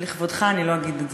לכבודך אני לא אגיד את זה.